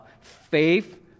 faith